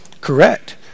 Correct